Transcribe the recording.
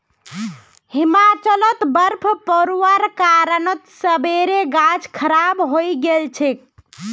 हिमाचलत बर्फ़ पोरवार कारणत सेबेर गाछ खराब हई गेल छेक